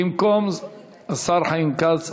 במקום השר חיים כץ,